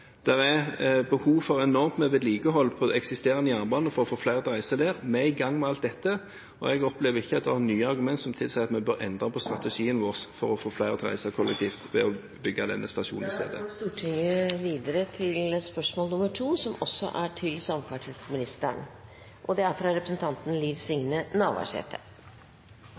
er behov for enormt mye vedlikehold på eksisterende jernbane for å få flere til å reise med den. Vi er i gang med alt dette, og jeg opplever ikke at det er nye argument som tilsier at vi bør endre på strategien vår for å få flere til å reise kollektivt – ved å bygge denne stasjonen. Eg tillèt meg å stille følgjande spørsmål til samferdsleministeren: «I Nasjonal transportplan er